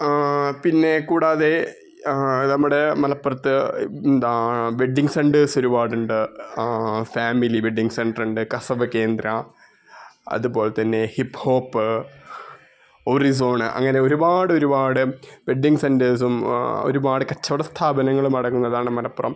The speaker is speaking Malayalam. പിന്നെ കൂടാതെ നമ്മുടെ മലപ്പുറത്ത് എന്താ വെഡ്ഡിംഗ് സെൻറ്റേർസ് ഒരുപാടുണ്ട് ആ ആ ഫാമിലി വെഡ്ഡിംഗ് സെൻ്ററുണ്ട് കസവ് കേന്ദ്ര അതുപോലെ തന്നെ ഹിപ് ഹോപ്പ് ഹൊറിസോണ് അങ്ങനെ ഒരുപാടൊരുപാട് വെഡ്ഡിംഗ് സെൻറ്റേർസും ഒരുപാട് കച്ചവട സ്ഥാപനങ്ങളുമടങ്ങുന്നതാണ് മലപ്പുറം